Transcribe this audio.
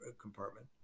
compartment